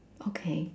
okay